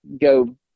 go